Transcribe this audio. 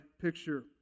picture